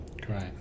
Great